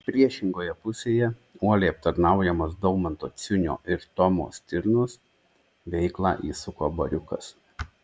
priešingoje pusėje uoliai aptarnaujamas daumanto ciunio ir tomo stirnos veiklą įsuko bariukas